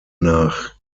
nach